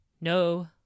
no